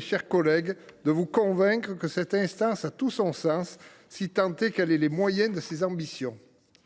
chers collègues, je tenterai de vous convaincre que cette instance a tout son sens, si tant est qu’elle ait les moyens de ses ambitions.